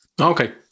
Okay